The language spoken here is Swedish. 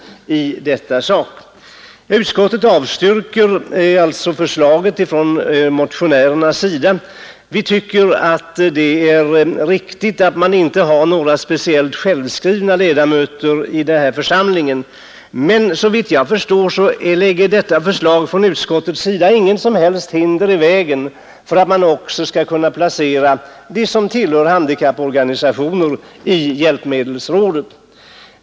Utskottet avstyrker motionärernas förslag. Vi anser att det är riktigt att det inte finns några speciellt självskrivna ledamöter i denna församling, men såvitt jag förstår lägger utskottets förslag inga som helst hinder i vägen för att också de som tillhör handikapporganisationer utses till ledamöter i hjälpmedelsrådet.